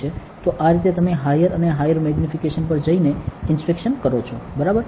તો આ રીતે તમે હાયર અને હાયર મેગ્નીફિકેશન પર જઈને ઇન્સ્પેક્શન કરો છો બરાબર